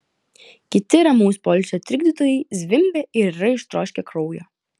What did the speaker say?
kiti ramaus poilsio trikdytojai zvimbia ir yra ištroškę kraujo